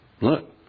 look